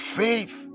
faith